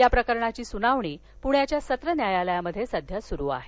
या प्रकरणाची सुनावणी पृण्याच्या सत्र न्यायालयात सध्या सुरु आहे